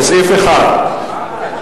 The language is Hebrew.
לסעיף 1,